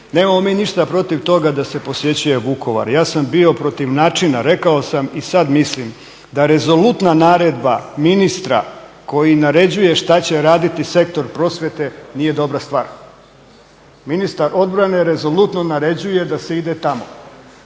Nemamo mi ništa protiv toga da se posjećuje Vukovar. Ja sam bio protiv načina, rekao sam i sada mislim da rezolutna naredba ministra koji naređuje što će raditi sektor prosvjete nije dobra stvar. Ministar obrane rezolutno naređuje da se ide tamo.